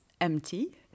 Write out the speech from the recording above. empty